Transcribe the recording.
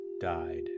died